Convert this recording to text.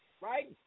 right